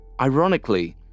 ironically